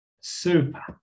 Super